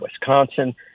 Wisconsin